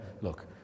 look